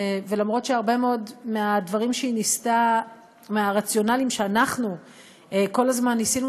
ואף שהרבה מאוד מהרציונלים שאנחנו כל הזמן ניסינו